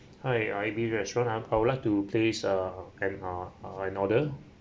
hi A B C restaurant ah I would like to place uh an uh an order